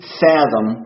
fathom